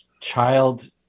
child